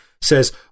Says